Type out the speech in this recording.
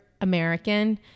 American